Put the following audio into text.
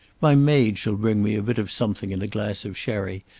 my maid shall bring me a bit of something and a glass of sherry,